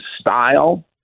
style